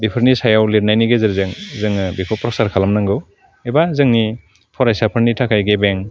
बेफोरनि साया लिरनायनि गेजेरजों जोङो बेखौ फ्रसार खालामनांगौ एबा जोंनि फरायसाफोरनि थाखाय गेबें